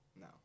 No